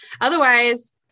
Otherwise